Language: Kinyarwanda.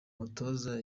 mutoza